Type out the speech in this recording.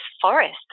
forest